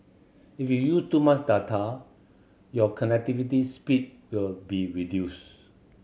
if you use too much data your connectivity speed will be reduced